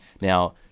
now